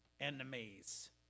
enemies